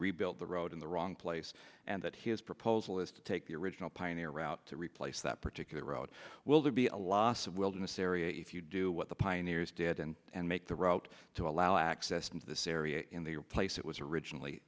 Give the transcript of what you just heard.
rebuilt the road in the wrong place and that his proposal is to take the original pioneer route to replace that particular road will there be a lots of wilderness area if you do what the pioneers did and and make the route to allow access to this area in the replace it was originally